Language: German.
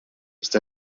ist